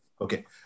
okay